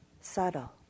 subtle